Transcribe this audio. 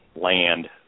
land